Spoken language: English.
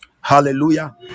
Hallelujah